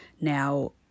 Now